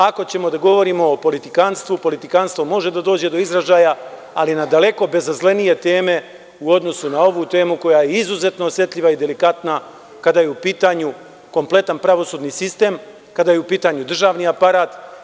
Ako ćemo da govorimo o politikanstvu, politikanstvo može da dođe do izražaja ali na daleko bezazlenije teme u odnosu na ovu temu koja je izuzetno osetljiva i delikatna kada je u pitanju kompletan pravosudni sistem, kada je u pitanju državni aparat.